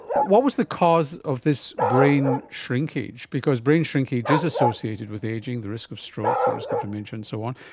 what was the cause of this brain shrinkage? because brain shrinkage is associated with ageing, the risk of stroke, the risk of dementia and so on.